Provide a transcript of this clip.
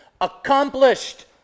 accomplished